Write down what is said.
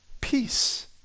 peace